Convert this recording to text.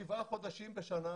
אתה מדבר על שבעה חודשים בשנה?